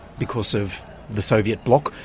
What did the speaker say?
because of the soviet bloc.